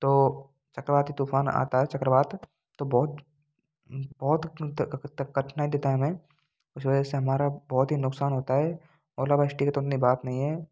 तो चक्रवाती तूफान आता है चक्रवात तो बहुत बहुत कठिनाई देता है हमें उस वजह से हमारा बहुत ही नुकसान होता है ओला व्रष्टि कि तो उतनी बात नहीं है